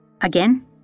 Again